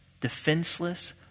defenseless